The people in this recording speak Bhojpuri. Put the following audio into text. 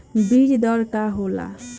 बीज दर का होला?